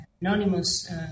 anonymous